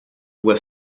were